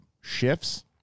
shifts